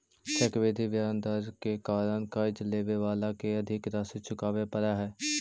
चक्रवृद्धि ब्याज दर के कारण कर्ज लेवे वाला के अधिक राशि चुकावे पड़ऽ हई